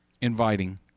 inviting